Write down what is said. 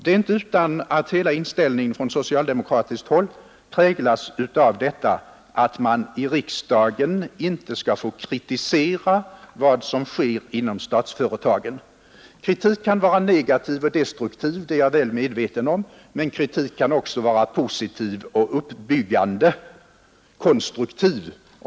Det är inte utan att hela inställningen från socialdemokratiskt håll präglas av detta, att man i riksdagen inte skall få kritisera vad som sker inom statsföretagen. Kritik kan vara negativ och destruktiv, det är jag väl medveten om, men kritik kan också vara positiv och uppbyggande, konstruktiv.